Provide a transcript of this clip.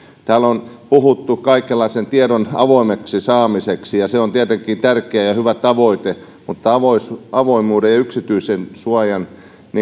täällä on puhuttu kaikenlaisen tiedon avoimeksi saamisesta ja se on tietenkin tärkeä ja hyvä tavoite mutta avoimuuden ja yksityisyydensuojan